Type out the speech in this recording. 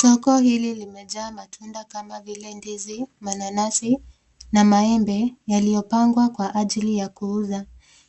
Soko hili limejaa matunda kama vile ndizi, mananasi , na maembe yaliyopangwa kwa ajili ya kuuza.